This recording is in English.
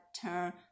Turn